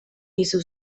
dizu